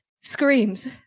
screams